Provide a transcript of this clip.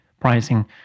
pricing